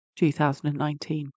2019